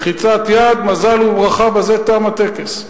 לחיצת יד, "מזל וברכה", ובזה תם הטקס.